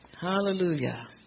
Hallelujah